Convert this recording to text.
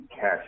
cash